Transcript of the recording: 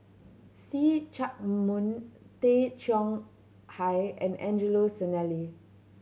See Chak Mun Tay Chong Hai and Angelo Sanelli